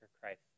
Christ